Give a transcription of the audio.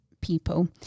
people